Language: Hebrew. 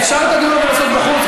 אפשר את הדיון הזה לעשות בחוץ?